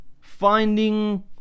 finding